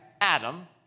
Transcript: Adam